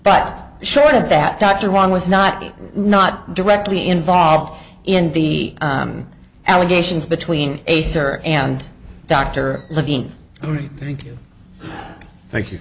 but short of that dr wong was not not directly involved in the allegations between acer and dr levine thank you